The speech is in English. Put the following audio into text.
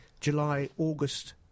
July-August